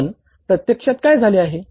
पण प्रत्यक्षात काय झाले आहे